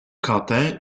quentin